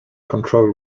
control